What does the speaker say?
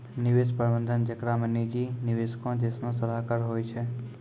निवेश प्रबंधन जेकरा मे निजी निवेशको जैसनो सलाहकार होय छै